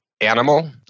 animal